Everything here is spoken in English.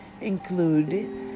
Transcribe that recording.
Include